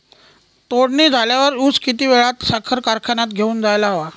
तोडणी झाल्यावर ऊस किती वेळात साखर कारखान्यात घेऊन जायला हवा?